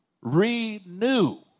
renew